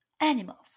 animals